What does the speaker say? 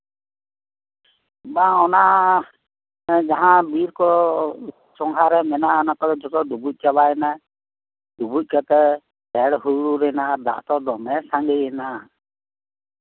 ᱵᱟᱝ ᱚᱱᱟ ᱵᱤᱨ ᱠᱚ ᱥᱚᱜᱷᱟᱨᱮ ᱢᱮᱱᱟᱜᱼᱟ ᱚᱱᱟᱠᱚ ᱰᱩᱵᱩᱡ ᱪᱟᱵᱟᱭᱮᱱᱟ ᱰᱩᱵᱩᱡ ᱠᱟᱛᱮᱜ ᱦᱮᱲ ᱦᱩᱲᱩᱨ ᱮᱱᱟ ᱫᱟᱜ ᱫᱚᱢᱮ ᱥᱟᱝᱜᱮᱭᱮᱱᱟ